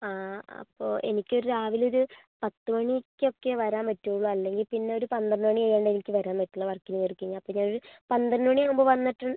ആ അപ്പോൾ എനിക്കൊരു രാവിലെയൊരു പത്തുമണിക്കൊക്കെയേ വരാൻ പറ്റുള്ളൂ അല്ലെങ്കിൽപ്പിന്നെ ഒരു പന്ത്രണ്ടുമണി കഴിയാണ്ട് എനിക്ക് വരാൻ പറ്റില്ല വർക്കിന് കയറിക്കഴിഞ്ഞാൽ അപ്പോൾ ഞാനൊരു പന്ത്രണ്ടുമണിയാകുമ്പോൾ വന്നിട്ട്